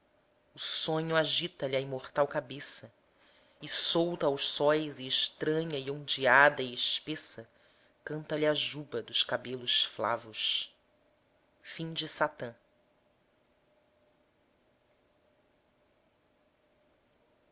o sonho agita lhe a imortal cabeça e solta aos sóis e estranha e ondeada e espessa canta lhe a juba dos cabelos flavos de